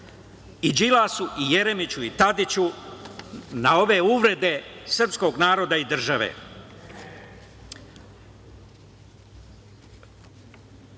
i Đilasu i Jeremiću i Tadiću na ove uvrede srpskog naroda i države.